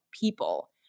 people